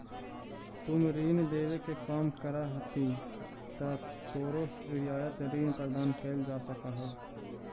तुम ऋण देवे के काम करऽ हहीं त तोरो रियायत ऋण प्रदान कैल जा सकऽ हओ